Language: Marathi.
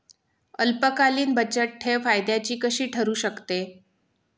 अल्पकालीन बचतठेव फायद्याची कशी ठरु शकते?